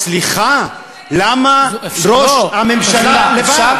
סליחה, למה ראש הממשלה לבד?